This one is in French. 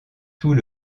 tout